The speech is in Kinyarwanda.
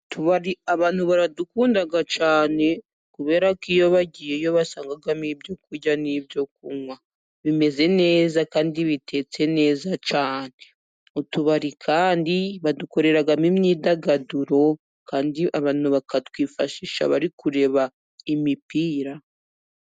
Utubari abantu baradukunda cyane， kubera ko iyo bagiyeyo，basangamo ibyo kurya n'ibyo kunywa bimeze neza， kandi bitetse neza cyane. Utubari kandi badukoreramo imyidagaduro，kandi abantu bakatwifashisha bari kureba imipira.